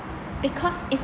because is